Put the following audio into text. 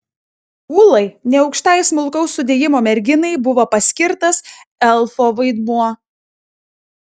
ūlai neaukštai smulkaus sudėjimo merginai buvo paskirtas elfo vaidmuo